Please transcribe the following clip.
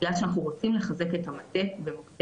בגלל שאנחנו רוצים לחזק את המטה ואת מוקדי